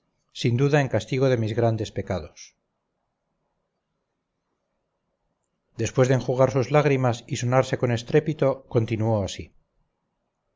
sin duda en castigo de mis grandes pecados después de enjugar sus lágrimas y sonarse con estrépito continuó así